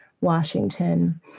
Washington